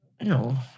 no